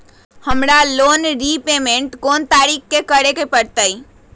हमरा loan repayment कोन तारीख के करे के परतई?